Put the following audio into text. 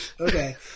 Okay